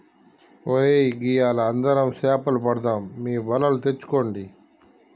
ఒరై గియ్యాల అందరం సేపలు పడదాం మీ వలలు తెచ్చుకోండి